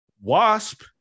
Wasp